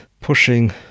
pushing